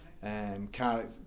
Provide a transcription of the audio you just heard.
character